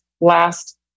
last